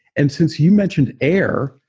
and since you mentioned air,